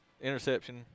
Interception